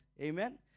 Amen